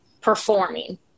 performing